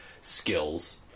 skills